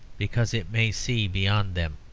because it may see beyond them.